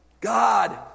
God